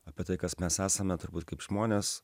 apie tai kas mes esame turbūt kaip žmonės